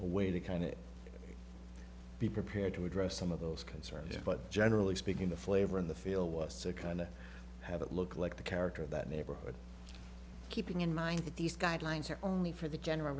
way to kind of be prepared to address some of those conservative but generally speaking the flavor in the field was to kind of have it look like the character of that neighborhood keeping in mind that these guidelines are only for the general